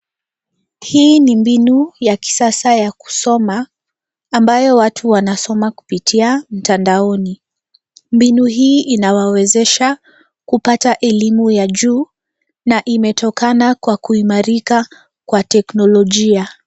Hii ni mbinu ya kisasa ya kusoma ambayo watu wanasoma kupitia mtandaoni. Mbinu hii inawawezesha kupata elimu ya juu na imetokana kwa kuimarika kwa teknolojia.